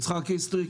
אני יצחק איסטריק,